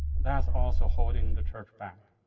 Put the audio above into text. that's also holding the church back.